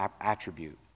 attribute